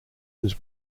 was